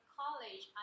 college